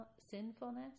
sinfulness